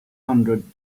hundred